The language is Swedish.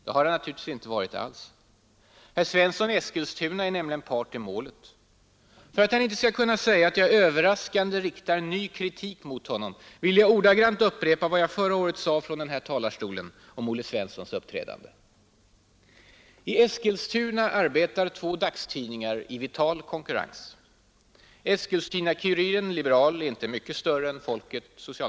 Det har han naturligtvis inte varit alls, Herr Svensson i Eskilstuna är nämligen part i målet. För att han inte skall kunna säga att jag överraskande riktar ny kritik mot honom vill jag ordagrant upprepa vad jag förra året sade från den här talarstolen om Olle Svenssons uppträdande. ”I Eskilstuna arbetar två dagstidningar i vital konkurrens. Eskilstuna Kuriren är inte mycket större än Folket .